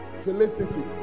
Felicity